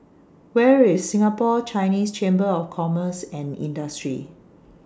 Where IS Singapore Chinese Chamber of Commerce and Industry